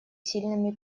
сильными